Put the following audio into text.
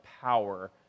power